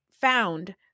found